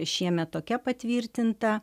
šiemet tokia patvirtinta